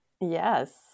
yes